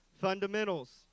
fundamentals